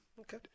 Okay